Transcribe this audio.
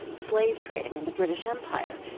slave trading in the british empire,